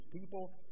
people